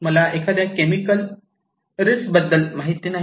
मला एखाद्या केमिकल रिस्कबद्दल माहित नाही